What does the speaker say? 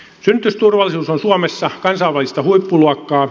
synnytysturvallisuus on suomessa kansainvälistä huippuluokkaa